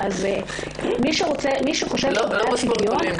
מי שחושב שהוא בעד שוויון,